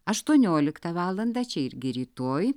aštuonioliktą valandą čia irgi rytoj